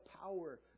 power